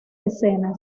escena